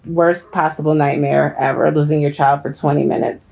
worst possible nightmare ever. losing your child for twenty minutes.